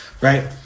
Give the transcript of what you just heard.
right